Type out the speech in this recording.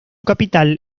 capital